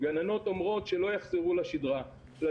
גננות אומרות שלא יחזרו לשגרה.